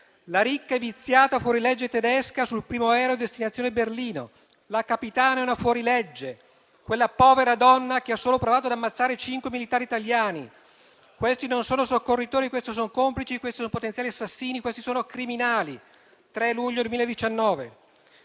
«La ricca e viziata fuorilegge tedesca sul primo aereo a destinazione Berlino». «La capitana è una fuorilegge». «Quella povera donna, che ha solo provato ad ammazzare cinque militari italiani». «Questi non sono soccorritori, questi sono complici, questi sono potenziali assassini. Questi sono criminali» (3 luglio 2019).